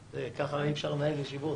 ככה אי אפשר לנהל ישיבות.